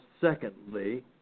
secondly